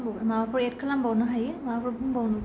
माबाफोर एद खालामबावनो हायो माबाफोर बुंबावनोबा